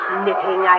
knitting